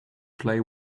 play